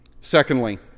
Secondly